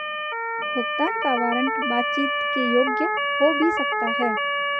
भुगतान का वारंट बातचीत के योग्य हो भी सकता है